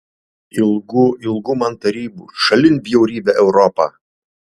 ilgu ilgu man tarybų šalin bjaurybę europą